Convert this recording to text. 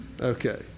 okay